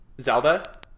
Zelda